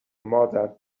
مادر